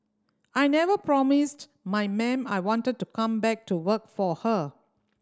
I never promised my ma'am I wanted to come back to work for her